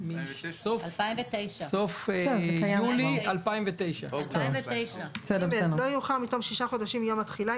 מסוף יולי 2009. (ג)לא יאוחר מתום שישה חודשים מיום התחילה,